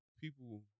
people